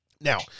Now